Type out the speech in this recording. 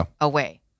away